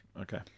Okay